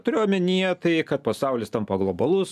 turiu omenyje tai kad pasaulis tampa globalus